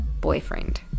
boyfriend